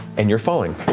and you're falling.